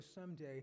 someday